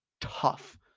tough